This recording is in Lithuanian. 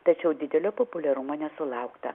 tačiau didelio populiarumo nesulaukta